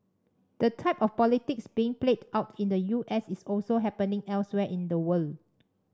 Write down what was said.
the type of politics being played out in the U S is also happening elsewhere in the world